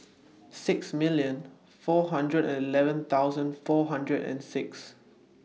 six million four hundred and eleven thousand four hundred and six